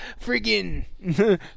friggin